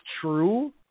true